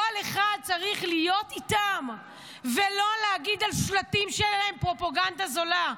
כל אחד צריך להיות איתם ולא להגיד על השלטים שלהם פרופגנדה זולה.